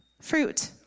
fruit